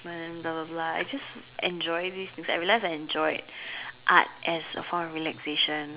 ~ment blah blah blah I just enjoy this since I realised I enjoyed art as a form of relaxation